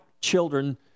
children